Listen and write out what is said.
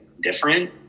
different